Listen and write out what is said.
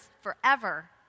forever